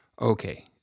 Okay